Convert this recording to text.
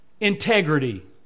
integrity